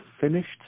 finished